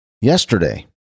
yesterday